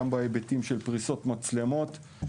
וגם בהיבטים של פריסת המצלמות.